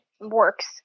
works